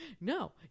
no